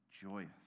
joyous